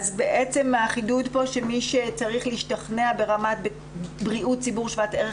החידוד כאן שמי שצריך להשתכנע ברמת בריאות ציבור שוות ערך,